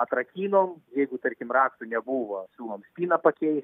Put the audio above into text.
atrakinom jeigu tarkim raktų nebuvo siūlom spyną pakeis